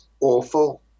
awful